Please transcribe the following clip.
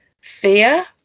fear